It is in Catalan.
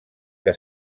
que